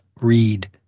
read